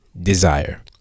desire